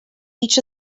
each